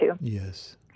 Yes